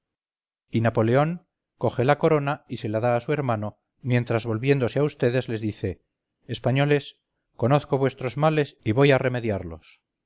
y napoleón coge la corona y se la da a su hermano mientras volviéndose a vds les dice españoles conozco vuestros males y voy a remediarlos